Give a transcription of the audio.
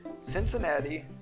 Cincinnati